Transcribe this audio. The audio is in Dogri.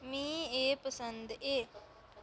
मीं एह् पसंद ऐ